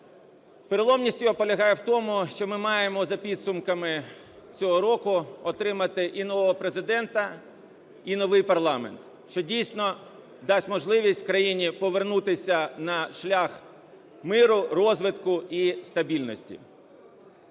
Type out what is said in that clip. Переломність його полягає в тому, що ми маємо за підсумками цього року отримати і нового Президента і новий парламент, що дійсно дасть можливість країні повернутися на шлях миру, розвитку і стабільності.